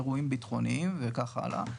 אירועים ביטחוניים וכך הלאה,